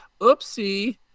Oopsie